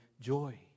joy